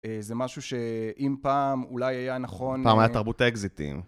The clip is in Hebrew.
זה משהו שאם פעם אולי היה נכון... -פעם היה תרבות אקזיטים.